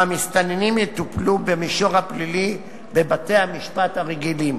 והמסתננים יטופלו במישור הפלילי בבתי-המשפט הרגילים.